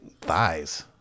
thighs